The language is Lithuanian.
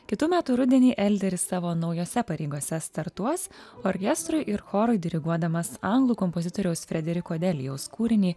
kitų metų rudenį elderis savo naujose pareigose startuos orkestrui ir chorui diriguodamas anglų kompozitoriaus frederiko delijaus kūrinį